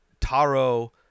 Taro